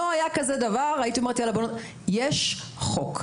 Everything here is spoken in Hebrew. יש חוק,